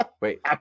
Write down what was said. Wait